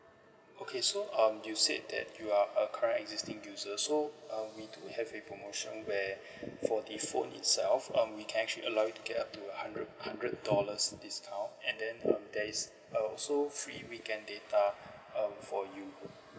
okay so um you said that you are a current existing user so um we do have the promotion where for the phone itself um we can actually allow you to get up to hundred hundred dollars discount and then um there is uh also free weekend data um for you